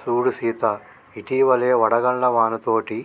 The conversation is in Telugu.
సూడు సీత ఇటివలే వడగళ్ల వానతోటి